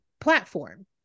platform